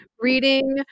reading